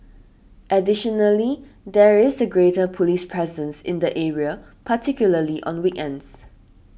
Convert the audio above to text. additionally there is a greater police presence in the area particularly on weekends